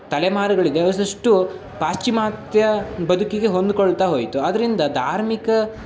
ತಲೆಮಾರುಗಳಿದೆ ಅದಷ್ಟು ಪಾಶ್ಚಿಮಾತ್ಯ ಬದುಕಿಗೆ ಹೊಂದಿಕೊಳ್ತಾ ಹೋಯಿತು ಆದ್ದರಿಂದ ಧಾರ್ಮಿಕ